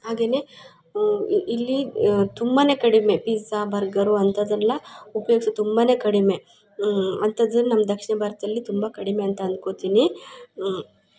ಹಾಗೇ ಇಲ್ಲಿ ತುಂಬಾ ಕಡಿಮೆ ಫಿಜಾ ಬರ್ಗರು ಅಂಥದೆಲ್ಲ ಉಪ್ಯೋಗ್ಸೋದ್ ತುಂಬ ಕಡಿಮೇ ಅಂಥದನ್ನು ನಮ್ಮ ದಕ್ಷಿಣ ಭಾರತದಲ್ಲಿ ತುಂಬ ಕಡಿಮೆ ಅಂತ ಅನ್ಕೋತೀನಿ